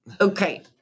Okay